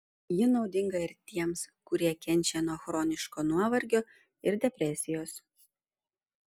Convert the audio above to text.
ji naudinga ir tiems kurie kenčia nuo chroniško nuovargio ir depresijos